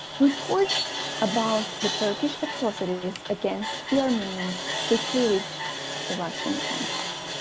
reports about the turkish atrocities against the armenians quickly reached the russian empire